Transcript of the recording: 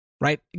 right